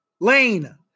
Lane